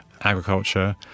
agriculture